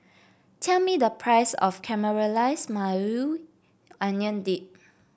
tell me the price of Caramelized Maui Onion Dip